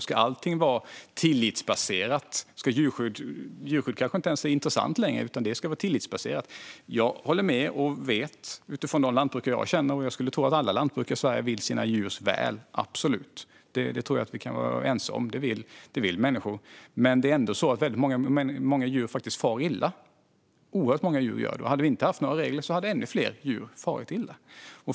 Ska allting vara tillitsbaserat? Djurskydd kanske inte ens är intressant längre, utan det ska vara tillitsbaserat? Jag håller med och tror, utifrån de lantbrukare jag känner, att alla lantbrukare i Sverige vill sina djurs väl. Absolut, det tror jag att vi kan vara ense om. Det vill människor. Men det är ändå så att väldigt många djur far illa. Hade vi inte haft några regler hade ännu fler djur farit illa.